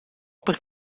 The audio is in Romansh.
per